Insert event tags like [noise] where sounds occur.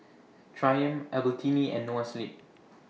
[noise] Triumph Albertini and Noa Sleep